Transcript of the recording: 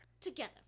together